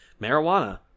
marijuana